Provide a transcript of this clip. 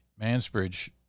Mansbridge